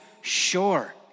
Sure